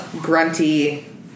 grunty